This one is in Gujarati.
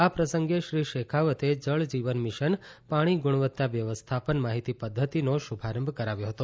આ પ્રસંગે શ્રી શેખાવતે જળજીવન મિશન પાણી ગુણવત્તા વ્યવસ્થાપન માહિતી પદ્ધતિનો શુભારંભ કરાવ્યો હતો